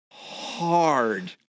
Hard